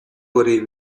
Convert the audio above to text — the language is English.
worry